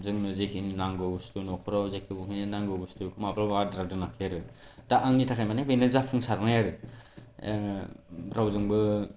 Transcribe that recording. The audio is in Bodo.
जोंनो जेखिनि नांगौ बस्तु न'खराव जेखिनिखौ नांगौ बस्तु बेखौ माब्लाबाबो आद्रा दोनाखै आरो आंनि थाखाय माने बेनो जाफुंसारनाय आरो आङो रावजोंबो